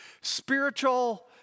Spiritual